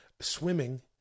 swimming